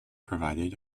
provided